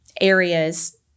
areas